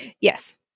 yes